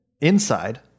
Inside